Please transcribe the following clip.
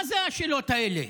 מה זה השאלות האלה?